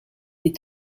est